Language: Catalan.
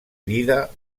vida